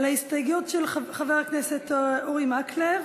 על ההסתייגות של חבר הכנסת אורי מקלב.